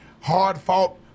hard-fought